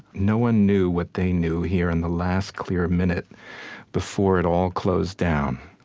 no one knew what they knew here in the last clear minute before it all closed down.